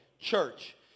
church